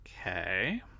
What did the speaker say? Okay